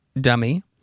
dummy